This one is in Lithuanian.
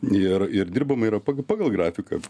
ir ir dirbama yra pagal pagal grafiką